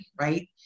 right